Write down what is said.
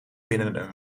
binnen